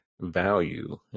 value